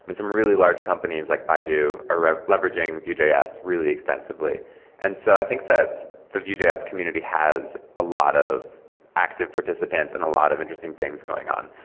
and some really large companies like baidu are ah leveraging vue js really extensively and so i think that the vue js community has a lot of active participants and a lot of interesting things going on.